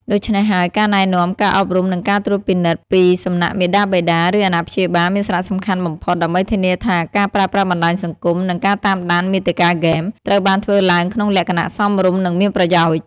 ដូច្នេះហើយ ការណែនាំ ការអប់រំ និងការត្រួតពិនិត្យពីសំណាក់មាតាបិតា ឬអាណាព្យាបាល មានសារៈសំខាន់បំផុត ដើម្បីធានាថាការប្រើប្រាស់បណ្តាញសង្គម និងការតាមដានមាតិកាហ្គេម ត្រូវបានធ្វើឡើងក្នុងលក្ខណៈសមរម្យ និងមានប្រយោជន៍។